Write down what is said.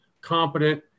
competent